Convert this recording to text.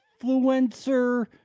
influencer